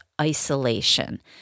isolation